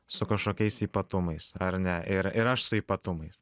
su kažkokiais ypatumais ar ne ir ir aš su ypatumais